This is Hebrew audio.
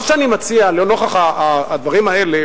מה שאני מציע לנוכח הדברים האלה